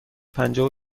پنجاه